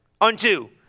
unto